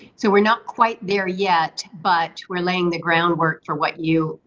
so, we're not quite there yet, but we're laying the groundwork for what you,